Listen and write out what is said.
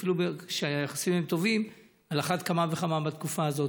אפילו כשהיחסים הם טובים על אחת כמה וכמה בתקופה הזו,